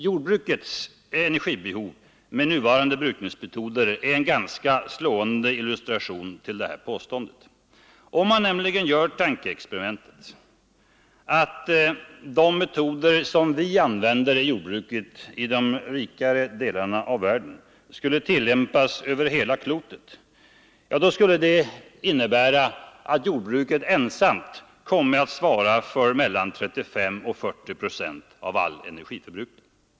Jordbrukets energibehov med nuvarande brukningsmetoder är en ganska slående illustration till detta påstående. Om man gör tankeexperimentet att de metoder som vi använder i jordbruket i de rikare delarna av världen tillämpades över hela klotet, skulle detta innebära att jordbruket ensamt lade beslag på 35—40 procent av all energiförbrukning.